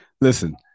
Listen